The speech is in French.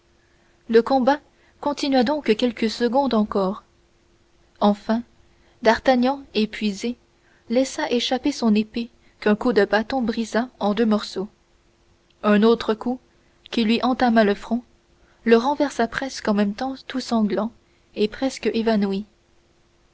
le combat continua donc quelques secondes encore enfin d'artagnan épuisé laissa échapper son épée qu'un coup de bâton brisa en deux morceaux un autre coup qui lui entama le front le renversa presque en même temps tout sanglant et presque évanoui